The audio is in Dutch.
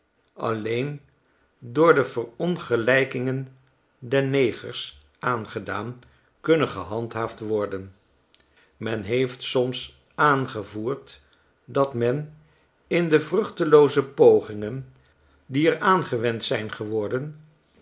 alleen door de verongelijkingen den negers aangedaan kunnen gehandhaafd worden men heeft soms aarigevoerd dat men in de vruchtelooze pogingen die er aangewend zijn geworden